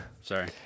Sorry